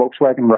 Volkswagen